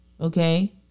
Okay